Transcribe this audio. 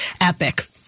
epic